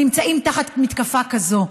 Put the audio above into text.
נמצאים תחת מתקפה כזאת,